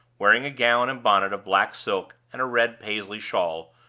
wearing a gown and bonnet of black silk and a red paisley shawl,